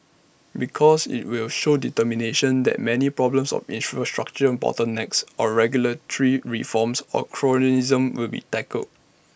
because IT will show determination that many problems of infrastructural bottlenecks of regulatory reforms of cronyism will be tackled